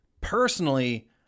Personally